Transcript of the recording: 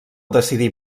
decidí